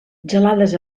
gelades